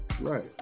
Right